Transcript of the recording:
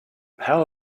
how